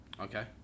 Okay